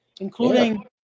including